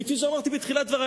וכפי שאמרתי בתחילת דברי,